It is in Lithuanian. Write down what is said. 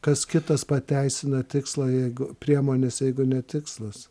kas kitas pateisina tikslą jeigu priemones jeigu ne tikslas